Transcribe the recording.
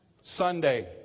Sunday